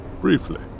briefly